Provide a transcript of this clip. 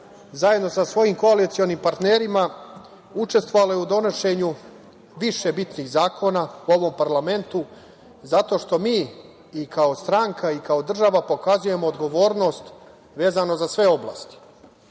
zajedno sa svojim koalicionim partnerima, učestvovala je u donošenju više bitnih zakona u ovom parlamentu zato što mi i kao stranka i kao država pokazujemo odgovornost vezano za sve oblasti,